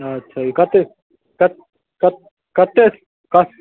अच्छा कतेक कत कत कतेक कत